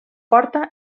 porta